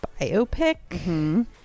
biopic